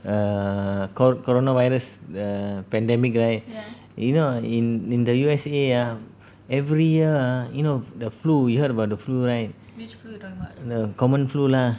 err called coronavirus pandemic right you know ah in in the U_S_A ah every year ah you know the flu you heard about the flu the common flu lah